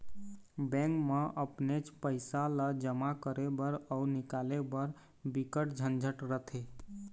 bank म अपनेच पइसा ल जमा करे बर अउ निकाले बर बिकट झंझट रथे